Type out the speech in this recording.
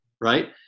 right